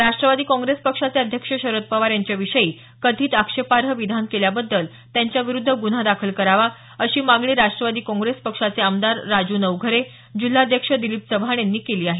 Rashtrawadi Congress पक्षाचे अध्यक्ष शरद पवार यांच्याविषयी कथित आक्षेपार्ह विधान केल्याबद्दल त्यांच्या विरुद्ध गुन्हा दाखल करावा अशी मागणी राष्ट्रवादी काँप्रेस पक्षाचे आमदार राजू नवघरे जिल्हाध्यक्ष दिलीप चव्हाण यांनी केली आहे